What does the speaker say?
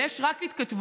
ויש רק התכתבות,